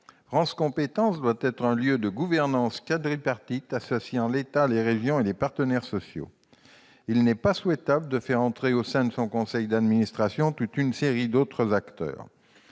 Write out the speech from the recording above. France compétences doit être un lieu de gouvernance quadripartite associant l'État, les régions et les partenaires sociaux. Il n'est pas souhaitable de faire entrer au sein de son conseil d'administration toute une série d'autres acteurs.